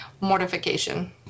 Mortification